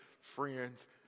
friends